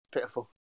pitiful